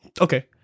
Okay